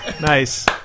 Nice